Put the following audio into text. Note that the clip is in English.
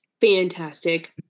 fantastic